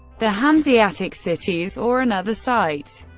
the hanseatic cities or another site.